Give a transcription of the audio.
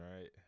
right